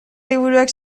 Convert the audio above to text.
liburuak